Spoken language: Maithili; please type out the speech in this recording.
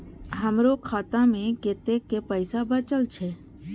हमरो खाता में कतेक पैसा बचल छे?